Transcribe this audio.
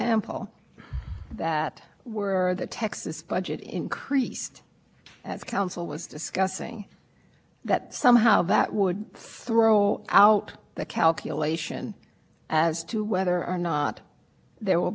this magic balance that's been developed in concluding that madison will attain and yet they only argument is looking at own data it shows